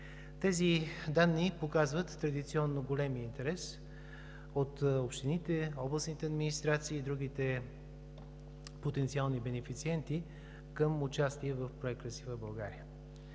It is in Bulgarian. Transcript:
Тези данни показват традиционно големия интерес от общините, областните администрации и другите потенциални бенефициенти към участие в Проект „Красива България“.